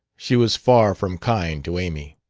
she was far from kind to amy.